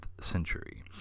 century